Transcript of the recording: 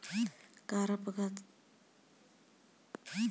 Car अपघात संरक्षणासाठी सर्वात कमी प्रीमियम किती आहे?